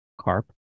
carp